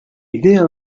idea